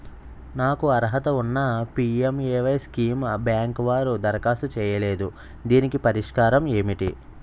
నాకు అర్హత ఉన్నా పి.ఎం.ఎ.వై స్కీమ్ బ్యాంకు వారు దరఖాస్తు చేయలేదు దీనికి పరిష్కారం ఏమిటి?